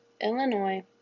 illinois